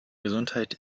gesundheit